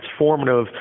transformative